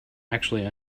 actually